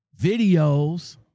videos